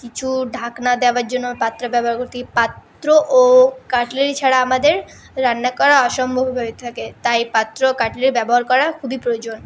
কিছু ঢাকনা দেওয়ার জন্য পাত্র ব্যবহার করে থাকি পাত্র ও কাটলারি ছাড়া আমাদের রান্না করা অসম্ভব হয়ে থাকে তাই পাত্র কাটলারি ব্যবহার করা খুবই প্রয়োজন